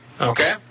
Okay